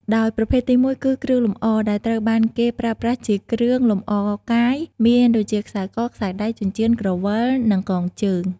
ដោយប្រភេទទីមួយគឺ គ្រឿងអលង្ការ ដែលត្រូវបានគេប្រើប្រាស់ជាគ្រឿងលម្អកាយមានដូចជា ខ្សែក ខ្សែដៃ ចិញ្ចៀន ក្រវិល និងកងជើង។